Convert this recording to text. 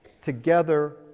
together